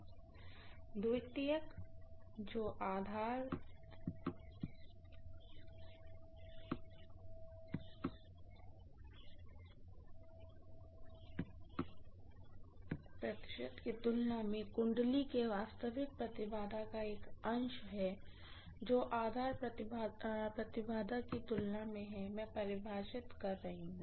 secondary जो आधार प्रतिशत की तुलना में वाइंडिंग के वास्तविक इम्पीडेन्स का एक अंश है जो आधार इम्पीडेन्स की तुलना में है मैं परिभाषित कर रही हूँ